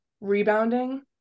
rebounding